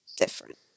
different